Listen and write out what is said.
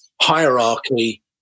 hierarchy